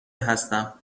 هستم